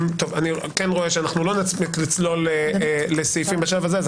אני כן רואה שאנחנו לא נספיק לצלול לסעיפים בשלב הזה,